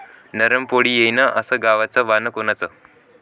नरम पोळी येईन अस गवाचं वान कोनचं?